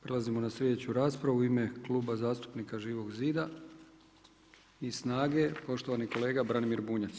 Prelazimo na sljedeću raspravu u ime Kluba zastupnika Živog zida i SNAGA-e, poštovani kolega Branimir Bunjac.